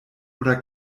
oder